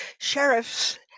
sheriffs